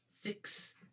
six